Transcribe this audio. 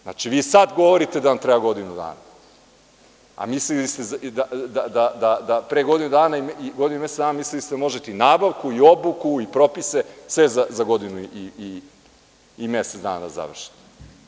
Znači, vi sad govorite da vam treba godinu dana, a pre godinu dana, godinu i mesec dana mislili ste da možete i nabavku i obuku i propise, sve za godinu i mesec dana da završite.